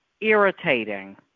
irritating